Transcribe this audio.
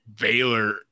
Baylor